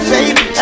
Baby